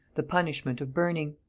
the punishment of burning.